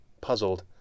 puzzled